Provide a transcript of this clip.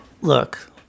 Look